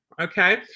Okay